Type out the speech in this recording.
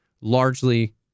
largely